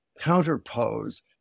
counterpose